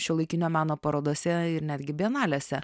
šiuolaikinio meno parodose ir netgi bienalėse